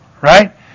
right